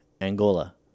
angola